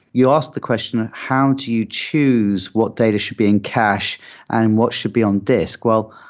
you asked the question ah how do you choose what data should be in cache and what should be on disk. well,